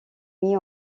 mis